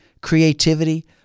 creativity